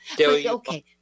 Okay